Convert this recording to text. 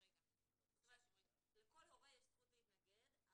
זאת אומרת, לכל הורה יש זכות להתנגד.